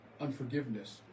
unforgiveness